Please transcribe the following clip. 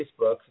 Facebook